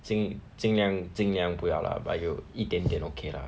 尽尽量尽量不要 lah but 有一点点 okay lah